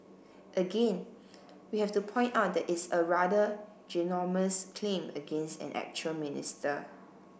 again we have to point out that it's a rather ginormous claim against an actual minister